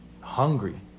hungry